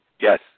Yes